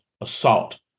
assault